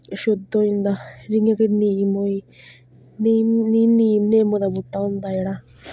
शुद्ध होई जंदा जियां कि निम्म होई निम्म निम्म दा बूह्टा होंदा जेह्ड़ा